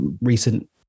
recent